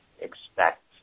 expect